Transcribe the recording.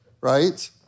right